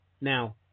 Now